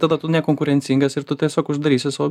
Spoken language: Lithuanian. tada tu nekonkurencingas ir tu tiesiog uždarysi savo